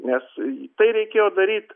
nes į tai reikėjo daryt